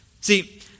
See